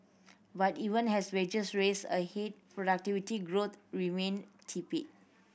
but even as wages raced ahead productivity growth remained tepid